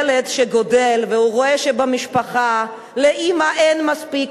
ילד שגדל ורואה שבמשפחה לאמא אין מספיק